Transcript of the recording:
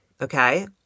okay